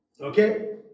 okay